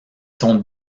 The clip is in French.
son